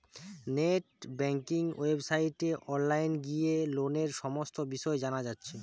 net banking ওয়েবসাইটে online গিয়ে লোনের সমস্ত বিষয় জানা যাচ্ছে